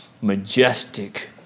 majestic